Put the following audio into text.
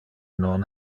non